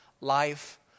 life